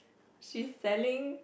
she's selling